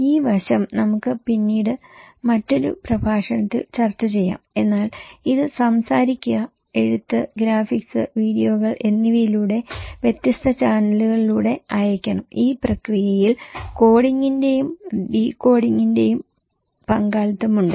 ഈ വശം നമുക്ക് പിന്നീട് മറ്റൊരു പ്രഭാഷണത്തിൽ ചർച്ച ചെയ്യാം എന്നാൽ ഇത് സംസാരിക്കുക എഴുത്ത് ഗ്രാഫിക്സ് വീഡിയോകൾ എന്നിവയിലൂടെ വ്യത്യസ്ത ചാനലുകളിലൂടെ അയയ്ക്കണം ഈ പ്രക്രിയയിൽ കോഡിംഗിന്റെയും ഡീകോഡിംഗിന്റെയും പങ്കാളിത്തമുണ്ട്